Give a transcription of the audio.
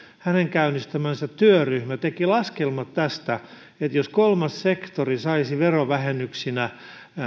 käynnistämä työryhmä teki laskelmat että jos kolmas sektori saisi verovähennyksinä